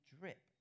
drip